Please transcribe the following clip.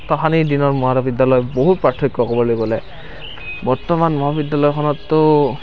তাহানিৰ দিনৰ মহাবিদ্যালয় বহু পাৰ্থক্য ক'বলৈ গ'লে বৰ্তমান মহাবিদ্যালয়খনততো